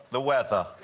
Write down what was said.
the weather.